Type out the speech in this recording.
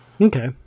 Okay